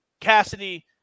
Cassidy